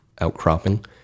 outcropping